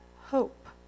hope